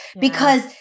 Because-